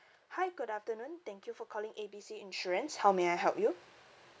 hi good afternoon thank you for calling A B C insurance how may I help you